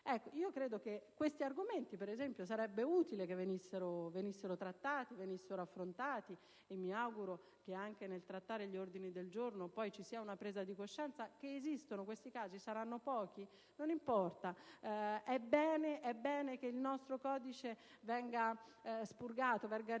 credo che questi argomenti sarebbe utile che venissero trattati e affrontati, e mi auguro che anche nel trattare gli ordini del giorno ci sia poi una presa di coscienza che esistono questi casi. Saranno pochi? Non importa, è bene che il nostro codice venga ripulito